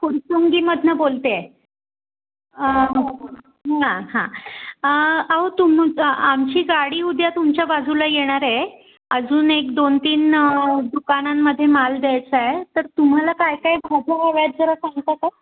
फुरसुंगीमधनं बोलते आहे हां हां अहो तुमचा आमची गाडी उद्या तुमच्या बाजूला येणार आहे अजून एक दोन तीन दुकानांमध्ये माल द्यायचा आहे तर तुम्हाला काय काय भाज्या हव्या आहेत जरा सांगता का